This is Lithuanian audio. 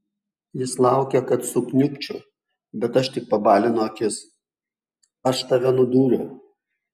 jis laukia kad sukniubčiau bet aš tik pabalinu akis aš tave nudūriau